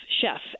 chef